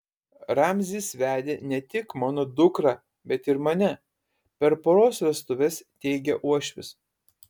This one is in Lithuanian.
ramzis vedė ne tik mano dukrą bet ir mane per poros vestuves teigė uošvis